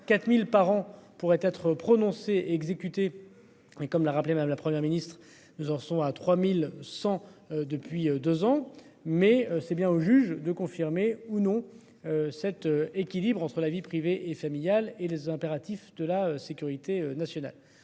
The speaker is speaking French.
4000 par an, pourraient être prononcées exécutées et comme l'a rappelé madame, la Première ministre nous en sont à 3100 depuis 2 ans. Mais c'est bien au juge de confirmer ou non. Cet équilibre entre la vie privée et familiale et les impératifs de la sécurité nationale.